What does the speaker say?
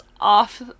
off